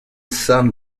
sun